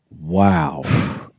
Wow